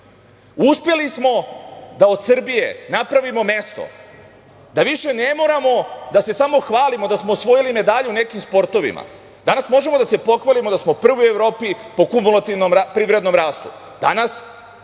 Uspeli smo da od Srbije napravimo mesto da više ne moramo da se samo hvalimo da smo osvojili medalju u nekim sportovima. Danas možemo da se pohvalimo da smo prvi u Evropi po kumulativnom privrednom rastu, danas